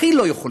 הכי לא יכולים,